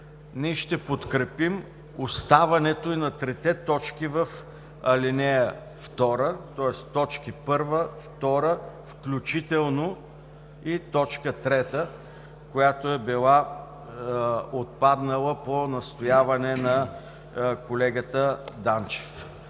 ще подкрепим оставането и на трите точки в ал. 2, тоест т. 1, 2 включително и т. 3, която е била отпаднала по настояване на колегата Данчев.